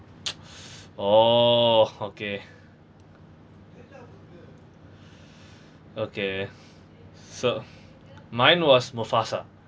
oh okay okay so mine was mufasa